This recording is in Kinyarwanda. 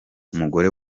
umugore